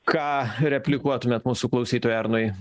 ką replikuotumėt mūsų klausytojui arnui